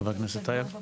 ח"כ טייב.